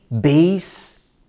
base